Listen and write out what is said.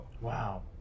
wow